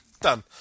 done